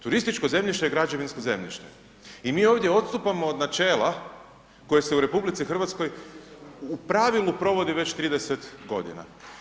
Turističko zemljište je građevinsko zemljište i mi ovdje odstupamo od načela koje se u RH u pravilu provodi već 30 godina.